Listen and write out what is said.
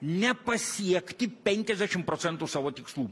nepasiekti penkiasdešim procentų savo tikslų